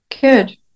Good